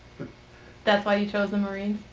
that's why you chose the marines?